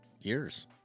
years